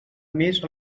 més